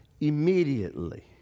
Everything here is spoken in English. immediately